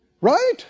right